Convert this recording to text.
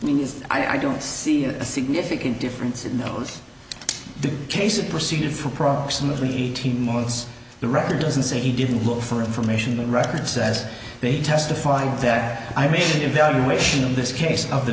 i don't see a significant difference in that was the case proceeded for approximately eighteen months the record doesn't say he didn't look for information the record says they testified that i made an evaluation in this case of the